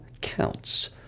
counts